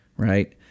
right